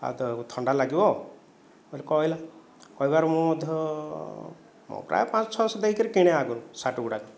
ଆଉ ତ ଆଉ ଥଣ୍ଡା ଲାଗିବ ବୋଲି କହିଲା କହିବାରୁ ମୁଁ ମଧ୍ୟ ମୁଁ ପ୍ରାୟ ପାଞ୍ଚଶହ ଛଅଶହ ଦେଇ କରି କିଣେ ଆଗରୁ ଶାର୍ଟ ଗୁଡ଼ାକ